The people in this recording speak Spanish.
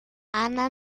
ana